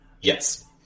Yes